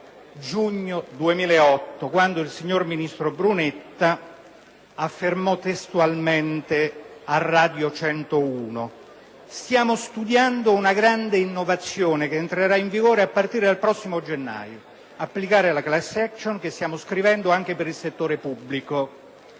giugno 2008 quando il signor ministro Brunetta affermò testualmente a Radio R101: «Stiamo studiando una grande innovazione, che entrerà in vigore a partire dal prossimo gennaio: applicare la *class action*, che stiamo riscrivendo, anche per il settore pubblico.